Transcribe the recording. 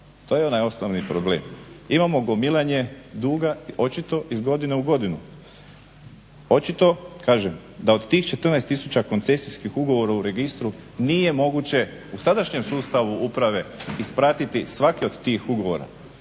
to je onaj osnovni problem. imamo gomilanje duga očito iz godine u godinu. Očito kažem da od tih 14 tisuća koncesijskih ugovora u registru nije moguće u sadašnjem sustavu uprave ispratiti svaki od tih ugovora.